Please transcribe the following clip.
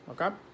okay